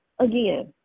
again